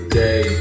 day